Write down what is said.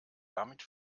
damit